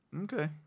Okay